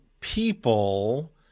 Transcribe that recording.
people